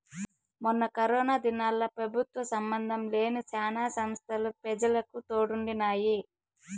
మొన్న కరోనా దినాల్ల పెబుత్వ సంబందం లేని శానా సంస్తలు పెజలకు తోడుండినాయి